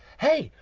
hey,